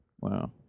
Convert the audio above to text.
Wow